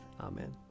Amen